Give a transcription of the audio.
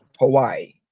Hawaii